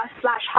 slash